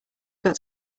got